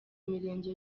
mirenge